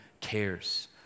cares